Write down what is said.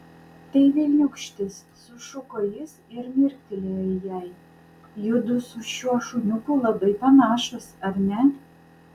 tai velniūkštis sušuko jis ir mirktelėjo jai judu su šiuo šuniuku labai panašūs ar ne